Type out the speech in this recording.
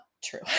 true